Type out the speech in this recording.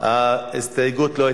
יושב-ראש ועדת